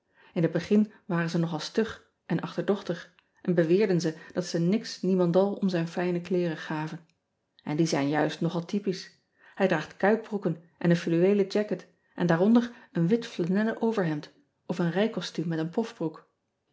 n het begin waren ze nogal stug en achterdochtig en beweerden ze dat ze niks niemandal om zijn fijne kleeren gaven n die zijn juist nogal typisch ij draagt kuitbroeken en een fluweelen jacket en daaronder een wit flanellen overhemd of een rijcostuum met een